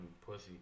pussy